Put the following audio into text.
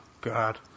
God